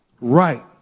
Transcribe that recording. right